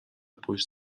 پشت